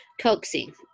coaxing